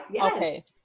Okay